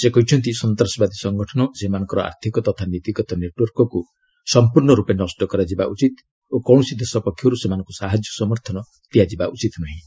ସେ କହିଛନ୍ତି ସନ୍ତାସବାଦୀ ସଙ୍ଗଠନ ଓ ସେମାନଙ୍କର ଆର୍ଥକ ତଥା ନୀତିଗତ ନେଟ୍ୱାର୍କ୍କୁ ସମ୍ପୂର୍ଣ୍ଣ ରୂପେ ନଷ୍ଟ କରାଯିବା ଉଚିତ ଓ କୌଣସି ଦେଶ ପକ୍ଷରୁ ସେମାନଙ୍କୁ ସହାଯ୍ୟ ସମର୍ଥନ ଦିଆଯିବା ଉଚିତ ନୁହେଁ